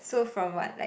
so from what like